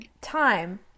time